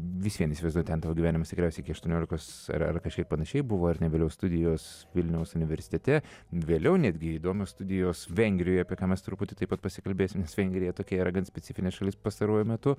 visvien įsivaizduoju ten tavo gyvenimas tikriausiai iki aštuoniolikos ar kažkaip panašiai buvo ar ne vėliau studijos vilniaus universitete vėliau netgi įdomios studijos vengrijoje apie ką mes truputį taip pat pasikalbėsim nes vengrija tokia yra gan specifinė šalis pastaruoju metu